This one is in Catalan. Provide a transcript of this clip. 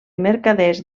mercaders